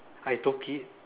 I took it